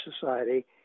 Society